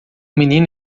menino